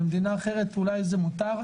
במדינה אחרת אולי זה מותר,